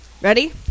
ready